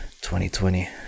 2020